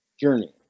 journey